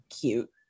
cute